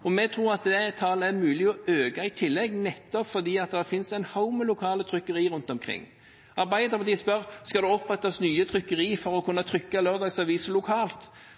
og vi tror at det tallet er det mulig å øke i tillegg nettopp fordi det finnes en haug med lokale trykkerier rundt omkring. Arbeiderpartiet spør: Skal det opprettes nye trykkerier for å kunne trykke lørdagsaviser lokalt?